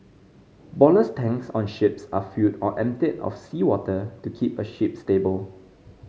ballast tanks on ships are filled or emptied of seawater to keep a ship stable